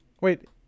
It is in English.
Wait